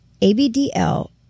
ABDL